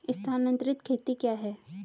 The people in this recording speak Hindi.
स्थानांतरित खेती क्या है?